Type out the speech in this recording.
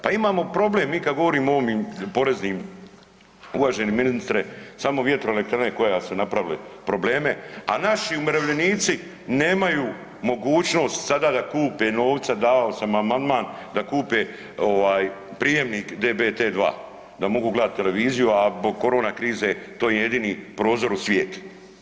Pa imamo problem mi kada govorimo o ovim poreznim uvaženi ministre, samo vjetroelektrane koje su napravili probleme, a naši umirovljenici nemaju mogućnost sada da kupe novca davao sam amandman da kupe prijemnik DVB T2 da mogu gledat televiziju, a zbog korona krize to im je jedini prozor u svijet.